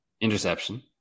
interception